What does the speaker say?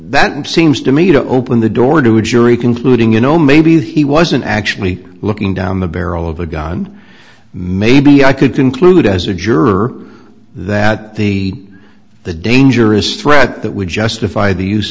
that seems to me to open the door to a jury concluding you know maybe he wasn't actually looking down the barrel of a gun maybe i could conclude as a juror that the the dangerous threat that would justify the use